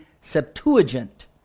Septuagint